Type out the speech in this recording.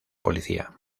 policía